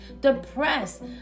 depressed